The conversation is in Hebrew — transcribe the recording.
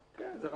אתה